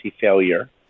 failure